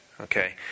Okay